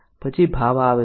પછી ભાવ આવે છે